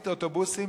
נוסע.